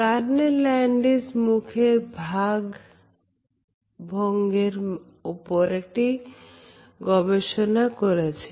Carney Landis মুখের ভাগ ভঙ্গের ওপর একটি গবেষণা করেছেন